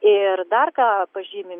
ir dar ką pažymi